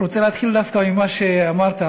רוצה להתחיל דווקא ממה שאמרת,